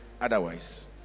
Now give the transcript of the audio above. otherwise